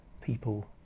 people